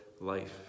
life